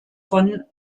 von